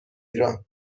ایران